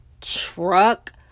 truck